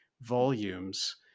volumes